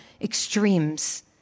extremes